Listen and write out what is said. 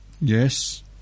Yes